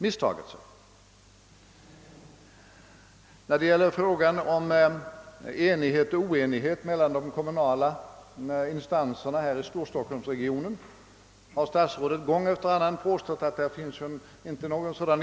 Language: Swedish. Statsrådet har gång efter annan påstått att de kommunala instanserna här i Stockholmsregionen inte är eniga.